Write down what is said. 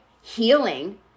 healing